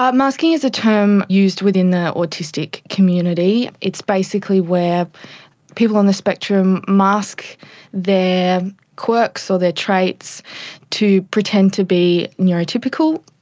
um masking is a term used within the autistic community. it's basically where people on the spectrum mask their quirks or their traits to pretend to be neurotypical,